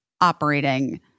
operating